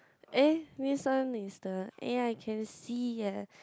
eh this one is the eh I can see eh